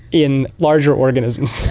in larger organisms.